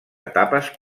etapes